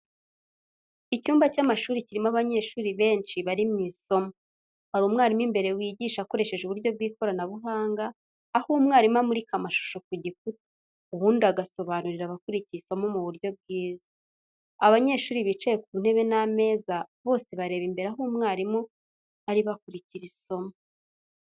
Icyumba cy’amashuri kirimo abanyeshuri benshi, bari mu isomo. Hari umwarimu imbere wigisha akoresheje uburyo bw'ikoranabuhanga, aho mwarimu amurika amashusho ku gikuta, ubundi agasobanurira abakurikiye isomo mu buryo bwiza. Abanyeshuri bicaye ku ntebe n'ameza, bose bareba imbere aho umwarimu ari bakurikira isomo.